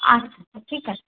আচ্ছা ঠিক আছে